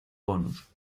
bonus